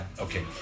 okay